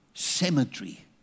Cemetery